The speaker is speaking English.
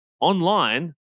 online